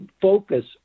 focus